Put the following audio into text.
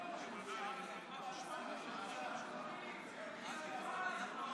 אנחנו מקבלים ייעוץ משפטי ואז ממשיכים.